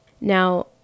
Now